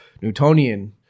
newtonian